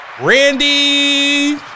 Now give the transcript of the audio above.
Randy